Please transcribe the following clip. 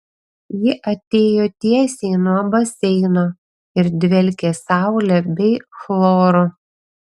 ji atėjo tiesiai nuo baseino ir dvelkė saule bei chloru